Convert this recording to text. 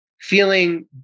feeling